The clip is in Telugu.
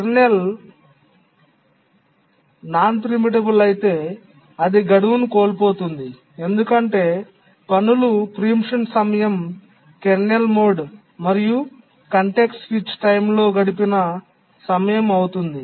కెర్నల్ ప్రీమిటబుల్ కానట్లయితే అది గడువును కోల్పోతుంది ఎందుకంటే పనులు ప్రీమిప్షన్ సమయం కెర్నల్ మోడ్ మరియు కాంటెక్స్ట్ స్విచ్ టైమ్లో గడిపిన సమయం అవుతుంది